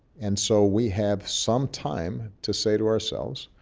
and so we have some time to say to ourselves,